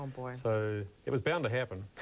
so it was bound to happen.